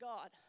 God